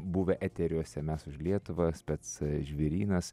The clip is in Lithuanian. buvę eteriuose mes už lietuvą spec žvėrynas